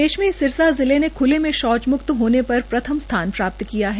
देश में सिरसा जिले ने खुले में शौच मुक्त होने पर प्रभम स्थान प्राप्त किया है